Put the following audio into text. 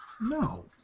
No